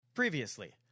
Previously